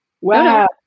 wow